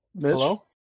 Hello